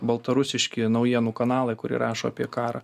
baltarusiški naujienų kanalai kurie rašo apie karą